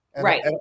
Right